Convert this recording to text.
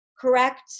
correct